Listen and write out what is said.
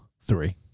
three